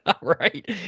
Right